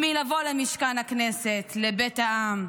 מלבוא למשכן הכנסת, לבית העם.